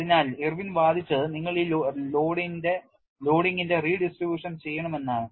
അതിനാൽ ഇർവിൻ വാദിച്ചത് നിങ്ങൾ ഈ ലോഡിംഗിന്റെ redistribution ചെയ്യണം എന്നാണ്